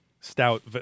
stout